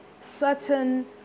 certain